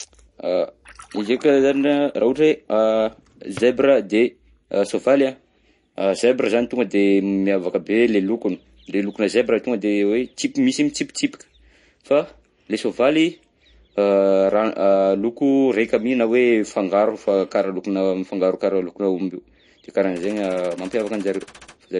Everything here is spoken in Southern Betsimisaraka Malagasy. Izy ndreky zany an, raha ohatra hoe a zèbra a de soavaly an, a zèbre zany tonga de miavaka be le lokony, le lokona zèbre tonga de kibony misy mitsipitsipika, fa ilay soavaly a raha loko raika mi na hoe mifangaro fa karaha lokona, mifangaro karaha lokona aomby, de karaha anzegny an mampiavaka anjareo.